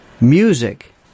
music